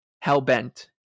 hell-bent